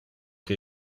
que